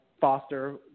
Foster